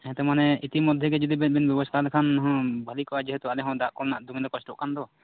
ᱦᱮᱸᱛᱳ ᱢᱟᱱᱮ ᱤᱛᱤ ᱢᱚᱫᱽᱫᱷᱮ ᱜᱮ ᱡᱩᱫᱤ ᱵᱮᱱ ᱵᱮᱵᱚᱥᱛᱷᱟ ᱟᱞᱮᱠᱷᱟᱱ ᱵᱷᱟᱞᱮ ᱠᱚᱜᱼᱟ ᱡᱮᱦᱮᱛᱩ ᱟᱞᱮ ᱦᱚᱸ ᱫᱟᱜ ᱠᱚᱨᱮᱱᱟᱜ ᱫᱚᱢᱮ ᱞᱮ ᱠᱚᱥᱴᱚᱜ ᱠᱟᱱ ᱫᱚ